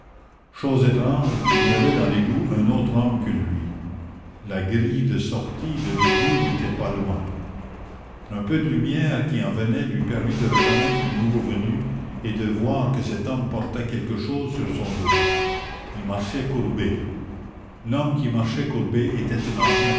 chose étrange il y avait dans l'égout un autre homme que lui la grille de sortie de l'égout n'était pas loin un peu de lumière qui en venait lui permit de reconnaître le nouveau venu et de voir que cet homme portait quelque chose sur son dos il marchait courbé l'homme qui marchait courbé était un ancien